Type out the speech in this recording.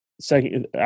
second